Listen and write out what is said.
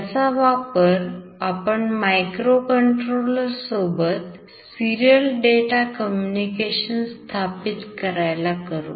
याचा वापर आपण microcontroller सोबत serial data communication स्थापित करायला करू